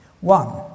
one